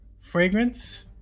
fragrance